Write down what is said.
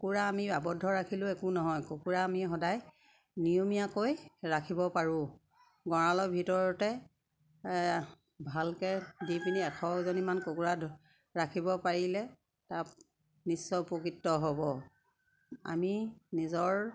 কুকুৰা আমি আৱদ্ধ ৰাখিলেও একো নহয় কুকুৰা আমি সদায় নিয়মীয়াকৈ ৰাখিব পাৰোঁ গঁৰালৰ ভিতৰতে ভালকে দি পিনি এশজনীমান কুকুৰা ৰাখিব পাৰিলে তাত নিশ্চয় উপকৃত হ'ব আমি নিজৰ